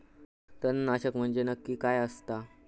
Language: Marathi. तणनाशक म्हंजे नक्की काय असता?